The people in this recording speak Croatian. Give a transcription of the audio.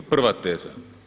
Prva teza.